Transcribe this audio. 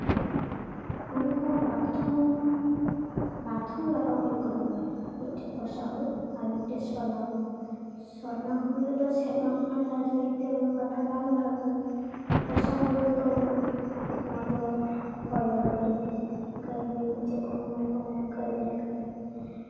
ᱦᱩᱲᱩ ᱦᱚᱸ ᱵᱟᱨ ᱫᱷᱚᱢ ᱵᱟᱨ ᱫᱷᱚᱢ ᱨᱟᱠᱟᱵᱽ ᱦᱩᱭᱩᱜ ᱠᱟᱱᱟ ᱢᱤᱫᱴᱮᱡ ᱵᱚᱨᱥᱟ ᱦᱩᱲᱩ ᱟᱨ ᱢᱤᱫ ᱴᱮᱡ ᱵᱚᱨᱥᱟ ᱦᱩᱲᱩ ᱟᱨ ᱢᱤᱫᱴᱮᱡ ᱥᱚᱨᱱᱚ ᱦᱩᱲᱩ ᱥᱚᱨᱱᱚ ᱦᱩᱲᱩ ᱨᱮᱫᱚ ᱥᱮᱨᱢᱟ ᱠᱷᱚᱱᱟᱜ ᱫᱟᱜ ᱡᱟᱹᱲᱤᱛᱮ ᱩᱱᱟᱹᱜ ᱵᱟᱛᱟᱱ ᱵᱟᱝ ᱞᱟᱜᱟᱜ ᱠᱟᱱᱟ ᱵᱚᱨᱥᱟ ᱦᱩᱲᱩ ᱨᱮᱫᱚ ᱱᱚᱣᱟ ᱫᱚ ᱦᱚᱭ ᱞᱚᱞᱚ ᱛᱮᱜᱮ ᱚᱱᱠᱟᱜᱮ ᱢᱤᱫ ᱢᱩᱪᱟᱹᱫ ᱠᱷᱚᱱ ᱚᱱᱮ ᱠᱚ ᱢᱮᱱᱟ ᱚᱱᱠᱟᱜᱮ ᱤᱭᱟᱹ ᱠᱟᱛᱮᱫ